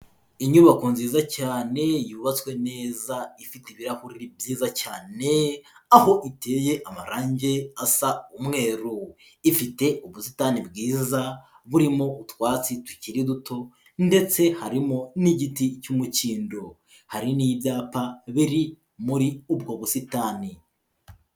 Inyubako nziza cyane yubatswe neza ifite ibirahuri byiza cyane, aho iteye amarangi asa umweru. Ifite ubusitani bwiza burimo utwatsi tukiri duto ndetse harimo n'igiti cy'umukindo, hari n'ibyapa biri muri ubwo busitani.